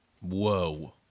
Whoa